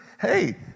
hey